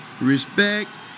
Respect